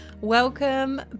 Welcome